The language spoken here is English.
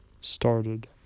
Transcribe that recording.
started